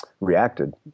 reacted